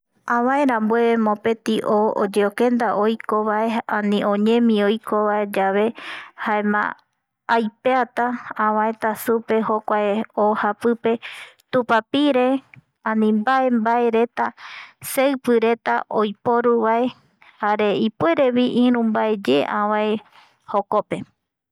Avaerambueve mopeti o oyeokenda oikovae ani oñemii oiko vae yave jaema aipeata avaeta supe jokuae o japipe tupapire ani mbae, mbaereta tupapire, tembiporu jare ipuerevi iru mbaeye avaeye jokope